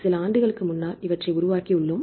சில ஆண்டுகளுக்கு முன்பு இவற்றை உருவாக்கியுள்ளோம்